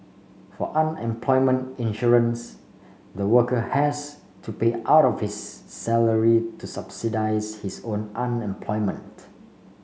for unemployment insurance the worker has to pay out of his salary to subsidise his own unemployment